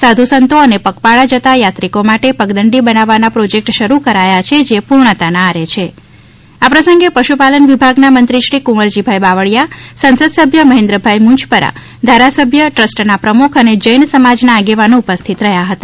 સાધુ સંતો અને પગપાળા જતા યાત્રિકો માટે પગદંડી બનાવવાના પ્રોજેક્ટ શરૂ કરાયા છે જે પૂર્ણતાના આરે છે આ પ્રસંગે પશુપાલન વિભાગના મંત્રીશ્રી કુંવરજીભાઈ બાવળીયા સંસદ સભ્ય મહેન્દ્ર ભાઈ મુંજપરા ધારાસભ્ય ટ્રસ્ટના પ્રમુખ અને જૈન સમાજના આગેવાનો ઉપસ્થિત રહ્યા હતા